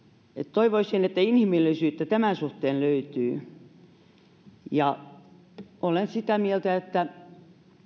toivoisin että inhimillisyyttä tämän suhteen löytyy olen sitä mieltä että